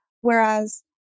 whereas